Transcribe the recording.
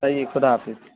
صحیح ہے خدا حافظ